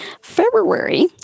February